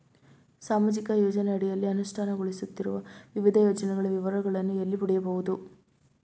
ಸಾಮಾಜಿಕ ಯೋಜನೆಯ ಅಡಿಯಲ್ಲಿ ಅನುಷ್ಠಾನಗೊಳಿಸುತ್ತಿರುವ ವಿವಿಧ ಯೋಜನೆಗಳ ವಿವರಗಳನ್ನು ಎಲ್ಲಿ ಪಡೆಯಬಹುದು?